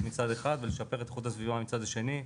מצד אחד ולשפר את איכות הסביבה מצד שני,